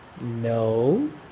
no